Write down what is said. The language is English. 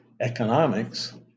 economics